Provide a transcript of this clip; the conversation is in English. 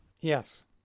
Yes